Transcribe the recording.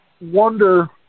wonder